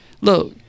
Look